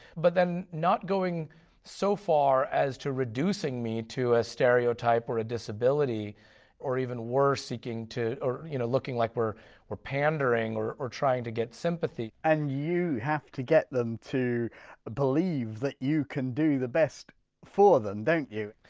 but then not going so far as to reducing me to a stereotype or a disability or even worse seeking to you know looking like we're we're pandering or or trying to get sympathy and you have to get them to believe that you can do the best for them don't you?